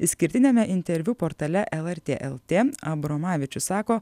išskirtiniame interviu portale lrt lt abromavičius sako